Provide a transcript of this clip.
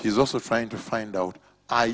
he's also trying to find out